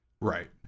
Right